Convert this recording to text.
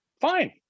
fine